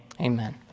Amen